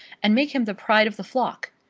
and make him the pride of the flock!